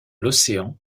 l’océan